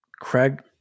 Craig